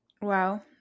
Wow